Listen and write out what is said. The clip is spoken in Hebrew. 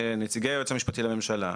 כנציגי היועץ המשפטי לממשלה,